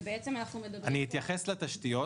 ובעצם אנחנו מדברים פה --- אני אתייחס לתשתיות.